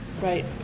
Right